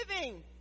living